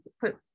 put